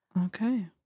Okay